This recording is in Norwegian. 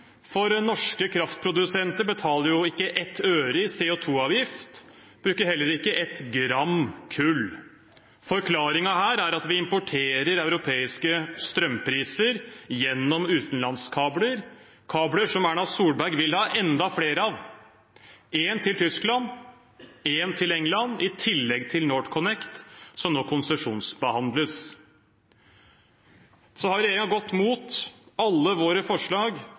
for norske kraftprodusenter betaler ikke ett øre i CO 2 -avgift. De bruker heller ikke ett gram kull. Forklaringen er at vi importerer europeiske strømpriser gjennom utenlandskabler – kabler som Erna Solberg vil ha enda flere av, én til Tyskland, én til England i tillegg til NorthConnect som nå konsesjonsbehandles. Så har regjeringen gått imot alle våre forslag